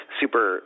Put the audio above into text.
super